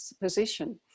position